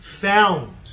found